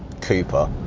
Cooper